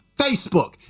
Facebook